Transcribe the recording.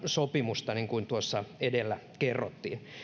sopimusta niin kuin tuossa edellä kerrottiin